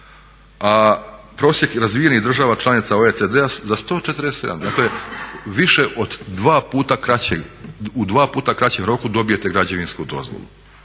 A prosjek razvijenih država članica OECD-a za 147. Dakle više od 2 puta kraćeg, u dva puta kraćem roku dobijete građevinsku dozvolu.